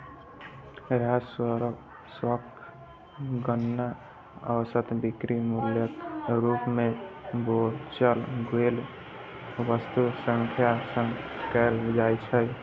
राजस्वक गणना औसत बिक्री मूल्यक रूप मे बेचल गेल वस्तुक संख्याक सं कैल जाइ छै